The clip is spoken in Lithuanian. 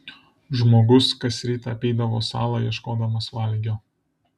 žmogus kas rytą apeidavo salą ieškodamas valgio